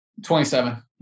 27